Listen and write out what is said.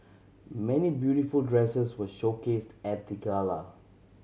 many beautiful dresses were showcased at the gala